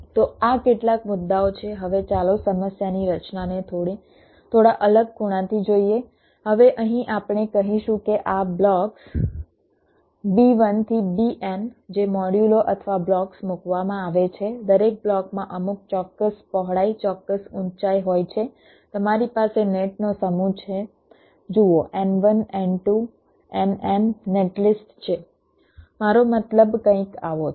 તો આ કેટલાક મુદ્દાઓ છે હવે ચાલો સમસ્યાની રચનાને થોડા અલગ ખૂણાથી જોઈએ હવે અહીં આપણે કહીશું કે આ બ્લોક્સ B1 થી Bn જે મોડ્યુલો અથવા બ્લોક્સ મુકવામાં આવે છે દરેક બ્લોકમાં અમુક ચોક્કસ પહોળાઈ ચોક્કસ ઊંચાઈ હોય છે તમારી પાસે નેટનો સમૂહ છે જુઓ N1 N2 Nm net list છે મારો મતલબ કંઈક આવો છે